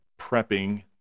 prepping